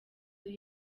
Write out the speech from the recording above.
ari